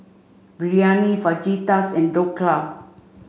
Biryani Fajitas and Dhokla